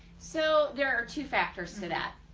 so there are two factors to that.